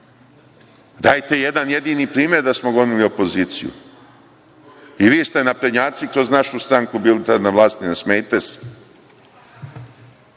Dajte jedan jedini primer da smo gonili opoziciju. I vi ste, naprednjaci, kroz našu stranku bili tada na vlasti, ne smejte se.